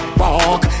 fuck